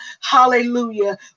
Hallelujah